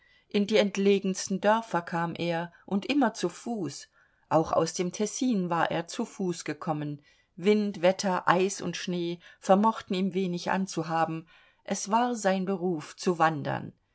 in die entlegensten dörfer kam er und immer zu fuß auch aus dem tessin war er zu fuß gekommen wind wetter eis und schnee vermochten ihm wenig anzuhaben es war sein beruf zu wandern